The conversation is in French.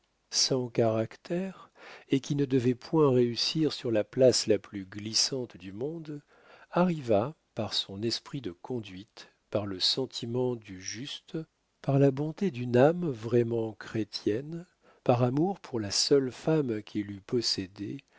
sans caractère et qui ne devait point réussir sur la place la plus glissante du monde arriva par son esprit de conduite par le sentiment du juste par la bonté d'une âme vraiment chrétienne par amour pour la seule femme qu'il eût possédée